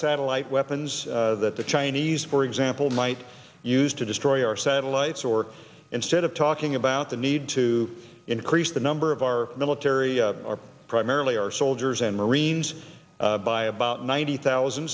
satellite weapons that the chinese for example might use to destroy our satellites or instead of talking about the need to increase the number of our military or primarily our soldiers and marines by about ninety thousand